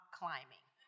climbing